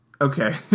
Okay